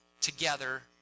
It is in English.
together